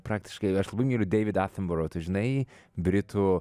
praktiškai aš labai myliu david attenborough tu žinai jį britų